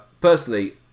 personally